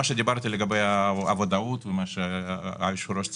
מה שדיברת לגבי הוודאות ומה שהיושב ראש ציין.